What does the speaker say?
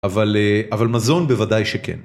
אבל מזון בוודאי שכן.